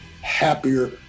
happier